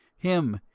him,